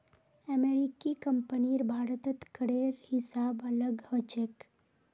अमेरिकी कंपनीर भारतत करेर हिसाब अलग ह छेक